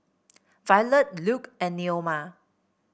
Violette Luke and Neoma